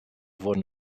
wurden